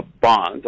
bonds